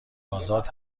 آزاد